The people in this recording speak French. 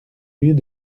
lieux